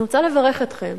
אני רוצה לברך אתכם